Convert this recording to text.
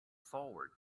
forward